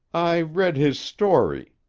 i read his story,